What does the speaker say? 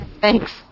Thanks